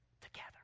Together